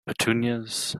petunias